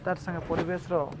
ତାର୍ ସାଙ୍ଗେ ପରିବେଶ୍ର